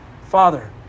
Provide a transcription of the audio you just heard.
father